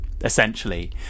essentially